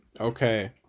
Okay